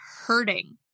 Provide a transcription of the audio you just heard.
hurting